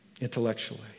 intellectually